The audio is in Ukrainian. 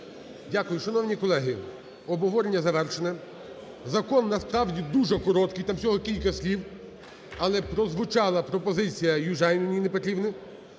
Дякую. Шановні колеги, обговорення завершене. Закон насправді дуже короткий, там всього кілька слів. Але прозвучала пропозиція Южаніної Ніни Петрівни,